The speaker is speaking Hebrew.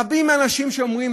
רבים מהאנשים אומרים,